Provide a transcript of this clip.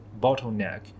bottleneck